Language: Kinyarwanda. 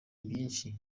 byinshi